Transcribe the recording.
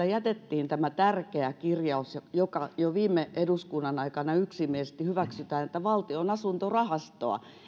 jätettiin tämä tärkeä kirjaus joka jo viime eduskunnan aikana yksimielisesti hyväksyttiin että valtion asuntorahastoa